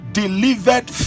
delivered